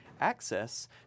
Access